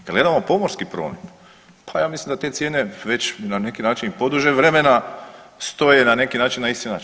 Kada gledamo pomorski promet, pa je mislim da te cijene već na neki način poduže vremena stoje na neki način na isti način.